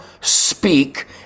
speak